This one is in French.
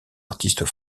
artistes